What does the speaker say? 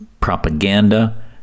propaganda